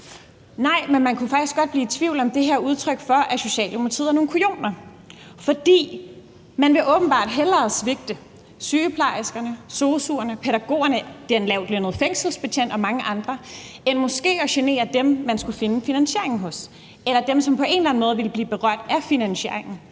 Nej, men man kunne faktisk godt blive i tvivl om, om det her er udtryk for, at Socialdemokratiet er nogle kujoner, fordi man åbenbart hellere vil svigte sygeplejerskerne, sosu'erne, pædagogerne, den lavtlønnede fængselsbetjent og mange andre end måske at genere dem, man skulle finde finansieringen hos, eller dem, som på en eller anden måde ville blive berørt af finansieringen.